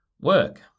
work